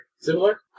Similar